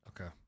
Okay